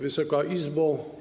Wysoka Izbo!